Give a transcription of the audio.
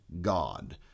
God